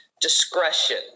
Discretion